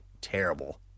terrible